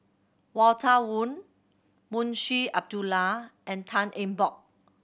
Walter Woon Munshi Abdullah and Tan Eng Bock